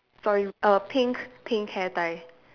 sorry err pink pink hair tie